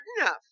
enough